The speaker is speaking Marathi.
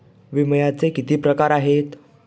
विम्याचे किती प्रकार आहेत?